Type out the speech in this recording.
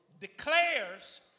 declares